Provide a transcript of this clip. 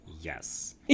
Yes